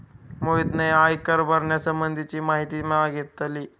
मोहितने आयकर भरण्यासंबंधीची माहिती मागितली